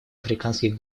африканских